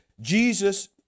Jesus